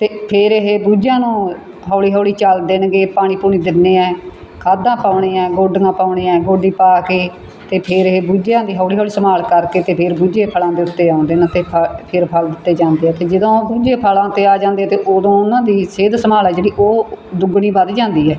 ਫਿ ਫਿਰ ਇਹ ਬੂਝਿਆਂ ਨੂੰ ਹੌਲੀ ਹੌਲੀ ਚੱਲਦੇ ਨੇ ਗੇ ਪਾਣੀ ਪੂਣੀ ਦਿੰਦੇ ਹਾਂ ਖਾਦਾਂ ਪਾਉਣੇ ਹੈ ਗੋਡੀਆਂ ਪਾਉਣੇ ਹੈ ਗੋਡੀ ਪਾ ਕੇ ਅਤੇ ਫਿਰ ਇਹ ਬੂਝਿਆਂ ਦੀ ਹੌਲੀ ਹੌਲੀ ਸੰਭਾਲ ਕਰਕੇ ਅਤੇ ਫਿਰ ਬੂਝੇ ਫ਼ਲਾਂ ਦੇ ਉੱਤੇ ਆਉਂਦੇ ਨੇ ਅਤੇ ਫ ਫਿਰ ਫ਼ਲ ਦਿੱਤੇ ਜਾਂਦੇ ਆ ਅਤੇ ਜਦੋਂ ਉਹ ਬੂਝੇ ਫ਼ਲਾਂ 'ਤੇ ਆ ਜਾਂਦੇ ਤਾਂ ਉਦੋਂ ਉਹਨਾਂ ਦੀ ਸਿਹਤ ਸੰਭਾਲ ਹੈ ਜਿਹੜੀ ਉਹ ਦੁੱਗਣੀ ਵੱਧ ਜਾਂਦੀ ਹੈ